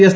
S